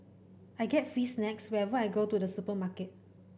I get free snacks whenever I go to the supermarket